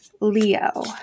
Leo